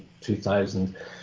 2000